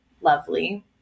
lovely